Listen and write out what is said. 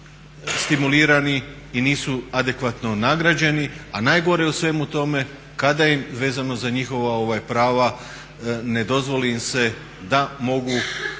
nisu stimulirani i nisu adekvatno nagrađeni, a najgore je u svemu tome kada im vezano za njihova prava ne dozvoli im se da mogu